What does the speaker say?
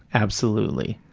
absolutely.